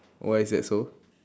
why is that so